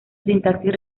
sintaxis